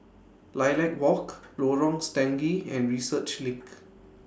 Lilac Walk Lorong Stangee and Research LINK